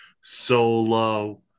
Solo